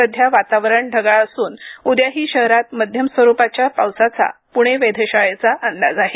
सध्या वातावरण ढगाळ असून उद्याही शहरात मध्यम स्वरूपाच्या पावसाचा प्णे वेधशाळेचा अंदाज आहे